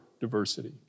diversity